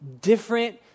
different